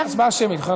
הצבעה שמית.